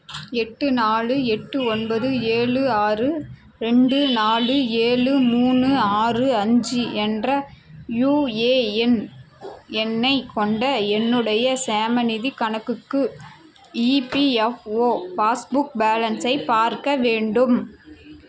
எட்டு நாலு எட்டு ஒன்பது ஏழு ஆறு ரெண்டு நாலு ஏழு மூணு ஆறு அஞ்சு என்ற யுஏஎன் எண்ணை கொண்ட என்னுடைய சேமநிதிக் கணக்குக்கு ஈபிஎஃப்ஓ பாஸ்புக் பேலன்ஸை பார்க்க வேண்டும்